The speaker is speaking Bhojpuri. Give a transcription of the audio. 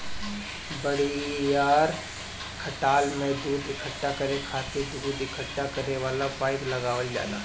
बड़ियार खटाल में दूध इकट्ठा करे खातिर दूध इकट्ठा करे वाला पाइप लगावल जाला